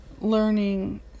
learning